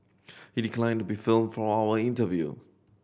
he declined be filmed for our interview